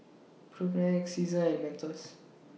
Propnex Seasons and Mentos